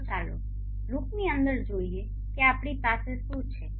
તો ચાલો લૂપની અંદર જોઈએ કે આપણી પાસે શું છે